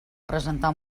presentar